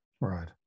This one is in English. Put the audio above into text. right